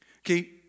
Okay